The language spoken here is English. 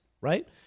right